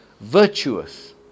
virtuous